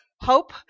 hope